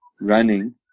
running